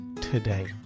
today